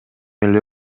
эле